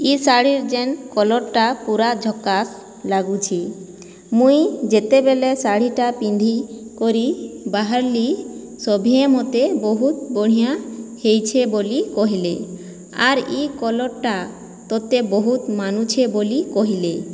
ଇ ଶାଢ଼ୀର୍ ଯେନ୍ କଲର୍ଟା ପୁରା ଝକାଶ୍ ଲାଗୁଛି ମୁଇଁ ଯେତେବେଲେ ଶାଢ଼ୀଟା ପିନ୍ଧିକରି ବାହାରଲି ସଭିଏଁ ମତେ ବହୁତ ବଢ଼ିଆଁ ହେଇଛେ ବୋଲି କହିଲେ ଆର୍ ଇ କଲର୍ଟା ତତେ ବହୁତ ମାନୁଛେ ବୋଲି କହିଲେ